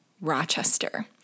Rochester